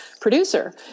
producer